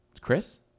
Chris